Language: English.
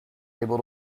able